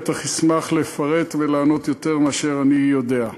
הוא בטח ישמח לפרט ולענות יותר מאשר אני יודע.